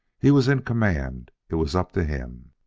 he was in command it was up to him